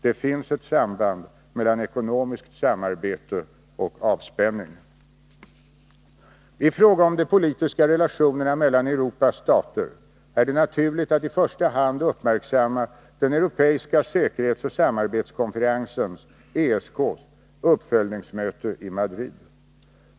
Det finns ett samband mellan ekonomiskt samarbete och avspänning. I fråga om de politiska relationerna mellan Europas stater är det naturligt att i första hand uppmärksamma den europeiska säkerhetsoch samarbetskonferensens uppföljningsmöte i Madrid.